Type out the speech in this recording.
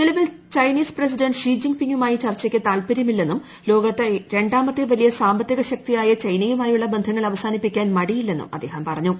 നിലവിൽ Chinese president Xi ജിൻ പിങ്ങുമായി ചർച്ചയ്ക്ക് താൽപ്പര്യമില്ലെന്നും ലോകത്തെ രണ്ടാമത്തെ വലിയ സാമ്പത്തിക ശക്തിയായ ചൈനയുമായുള്ള ബന്ധങ്ങൾ അവസാനിപ്പിക്കാൻ മടിയില്ലെന്നും അദ്ദേഹം പറഞ്ഞു